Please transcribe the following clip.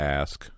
ask